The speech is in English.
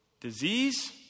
Disease